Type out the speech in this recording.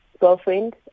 girlfriend